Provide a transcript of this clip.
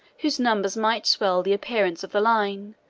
whose numbers might swell the appearance of the line,